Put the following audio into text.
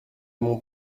mon